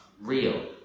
real